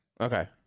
Okay